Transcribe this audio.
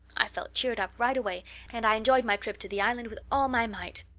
i felt cheered up right away and i enjoyed my trip to the island with all my might.